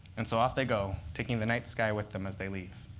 and so off they go, taking the night sky with them as they leave.